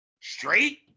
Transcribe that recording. straight